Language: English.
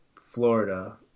florida